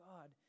God